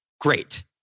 Great